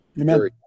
Amen